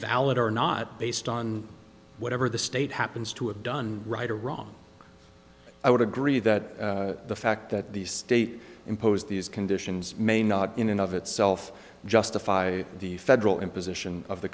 valid or not based on whatever the state happens to have done right or wrong i would agree that the fact that the state impose these conditions may not in and of itself justify the federal imposition of the